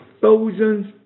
thousands